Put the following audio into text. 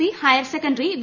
C higher secondary V